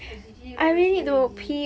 oh G_G low battery already